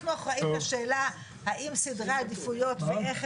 אנחנו אחראים לשאלה האם סדרי העדיפויות ואיך